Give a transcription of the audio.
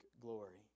glory